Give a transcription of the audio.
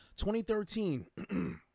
2013